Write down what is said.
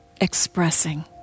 expressing